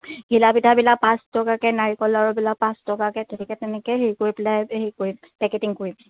ঘিলা পিঠাবিলাক পাঁচ টকাকৈ নাৰিকল লাড়ুবিলাক পাঁচ টকাকৈ তেনেকৈ তেনেকৈ হেৰি কৰি পেলাই হেৰি কৰিম পেকেটিং কৰিম